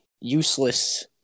useless